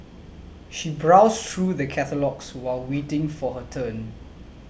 she browsed through the catalogues while waiting for her turn